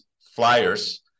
flyers